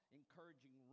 encouraging